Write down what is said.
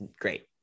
great